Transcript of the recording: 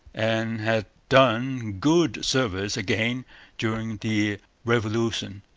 and had done good service again during the revolution,